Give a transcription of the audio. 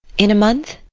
in a month?